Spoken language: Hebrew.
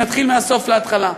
נתחיל מהסוף להתחלה,